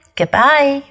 goodbye